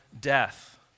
death